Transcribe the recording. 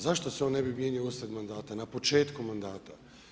Zašto se on ne bi mijenjao usred mandata, na početku mandata?